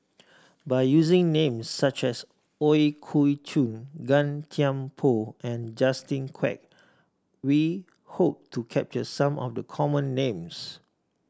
by using names such as Ooi Kok Chuen Gan Thiam Poh and Justin Quek we hope to capture some of the common names